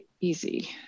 easy